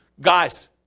guys